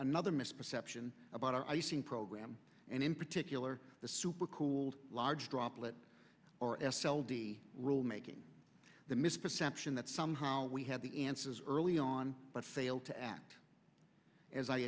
another misperception about our using program and in particular the supercooled large droplet or s l d rule making the misperception that somehow we have the answers early on but failed to act as i